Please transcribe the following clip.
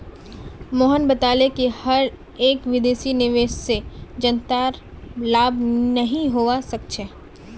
मोहन बताले कि हर एक विदेशी निवेश से जनतार लाभ नहीं होवा सक्छे